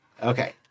Okay